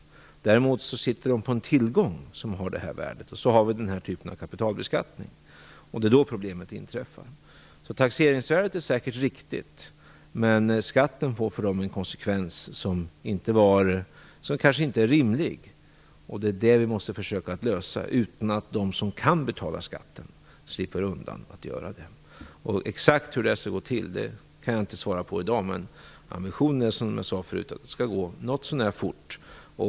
Däremot sitter de på en tillgång som har ett visst värde, och vi har den här typen av kapitalbeskattning. Det är då problemet inträffar. Taxeringsvärdet är alltså säkerligen riktigt, men skatten får för dessa personer en konsekvens som kanske inte är rimlig. Det är det som vi måste försöka lösa utan att de som kan betala skatten slipper undan att göra det. Exakt hur det skall gå till kan jag inte i dag svara på, men ambitionen är, som jag förut sade, den att det skall gå något så när fort.